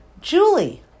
Julie